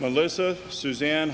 melissa suzanne